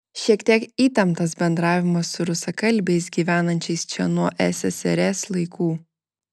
šiek tiek įtemptas bendravimas su rusakalbiais gyvenančiais čia nuo ssrs laikų